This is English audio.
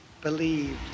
believed